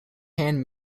hand